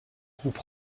groupe